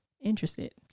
interested